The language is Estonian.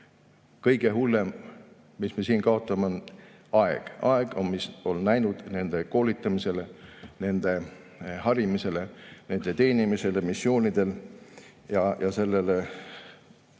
Kõige hullem, mis me siin kaotame, on aeg. Aeg, mis on läinud nende koolitamisele, nende harimisele, nende teenimisele missioonidel. Neid